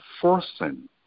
forcing